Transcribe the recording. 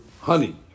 honey